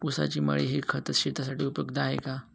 ऊसाची मळी हे खत शेतीसाठी उपयुक्त आहे का?